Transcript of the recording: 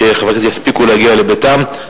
כדי שחברי הכנסת יספיקו להגיע לביתם.